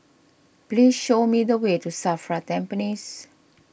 please show me the way to Safra Tampines